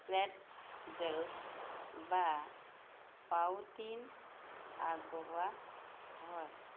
pretzels বা poutine আগবঢ়োৱা হয়